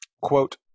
Quote